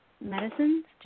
medicines